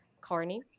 Carney